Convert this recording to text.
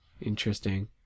interesting